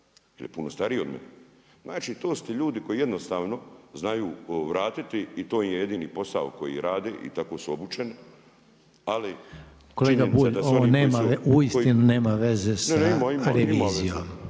Kolega Bulj, ovo nema uistinu nema veze sa revizijom./…